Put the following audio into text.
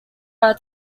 are